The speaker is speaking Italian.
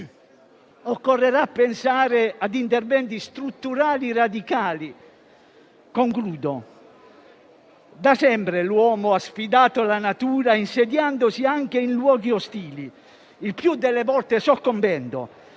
Occorrerà pensare ad interventi strutturali radicali. Da sempre l'uomo ha sfidato la natura, insediandosi anche in luoghi ostili, il più delle volte soccombendo.